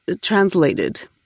translated